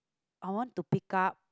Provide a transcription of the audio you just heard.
I want to pick up